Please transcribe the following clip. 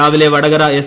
രാവിലെ വടകര എസ്